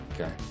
Okay